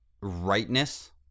rightness